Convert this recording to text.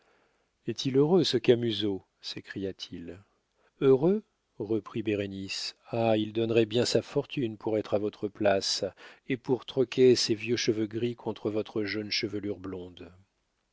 est-il heureux ce camusot s'écria-t-il heureux reprit bérénice ah il donnerait bien sa fortune pour être à votre place et pour troquer ses vieux cheveux gris contre votre jeune chevelure blonde